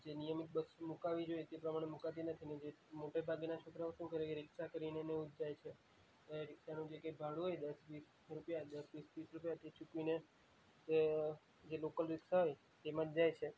જે નિયમિત બસ મૂકાવી જોઈએ તે પ્રમાણે મૂકાતી નથી ને જે મોટે ભાગેના છોકરાંઓ શું કરે કે રિક્ષા કરીને ને એવું જ જાય છે એ રિક્ષાનું જે કંઇ ભાડું હોય દસ વીસ રૂપિયા દસ વીસ તીસ રૂપિયા તે ચૂકવીને જે જે લોકલ રિક્ષા હોય તેમાં જ જાય છે